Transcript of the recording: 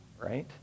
right